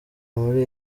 muri